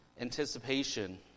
anticipation